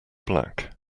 black